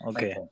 Okay